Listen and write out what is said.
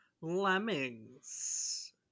lemmings